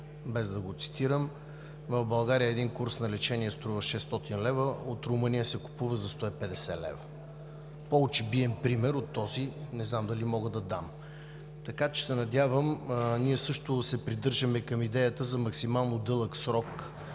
без да го цитирам – в България един курс на лечение струва 600 лв., от Румъния се купува за 150 лв. По-очебиен пример от този не знам дали мога да дам. Ние също се придържаме към идеята за максимално дълъг срок